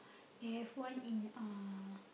they have one in uh